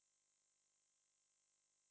mmhmm